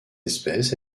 espèce